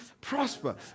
prosper